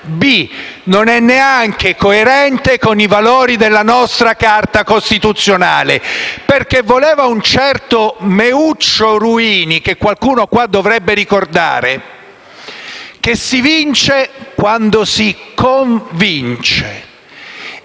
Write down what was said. non è neanche coerente con i valori della nostra Carta costituzionale. Diceva un certo Meuccio Ruini, che qualcuno qui dovrebbe ricordare, che si vince quando si convince.